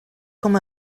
com